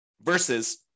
versus